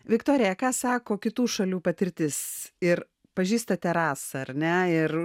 viktorija ką sako kitų šalių patirtis ir pažįstate rasą ar ne ir